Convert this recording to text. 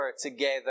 together